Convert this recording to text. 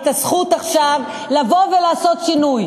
את הזכות לבוא עכשיו ולעשות שינוי,